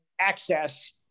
access